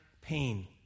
pain